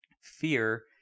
Fear